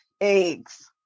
eggs